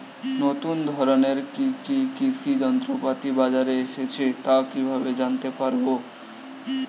নতুন ধরনের কি কি কৃষি যন্ত্রপাতি বাজারে এসেছে তা কিভাবে জানতেপারব?